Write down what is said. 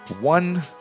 One